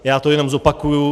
Já to jenom zopakuji.